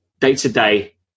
day-to-day